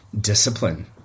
discipline